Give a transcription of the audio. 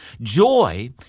joy